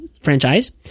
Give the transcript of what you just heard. franchise